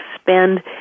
spend